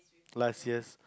last year